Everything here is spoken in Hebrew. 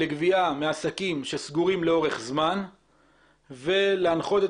לגבייה מעסקים שסגורים לאורך זמן ולהנחות את